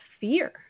fear